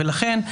ולכן,